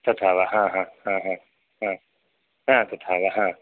तथा वा ह ह ह ह ह ह तथा वा ह